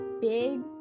big